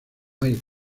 hay